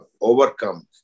overcome